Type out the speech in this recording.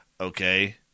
okay